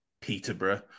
Peterborough